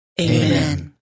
Amen